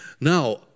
Now